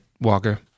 walker